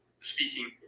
speaking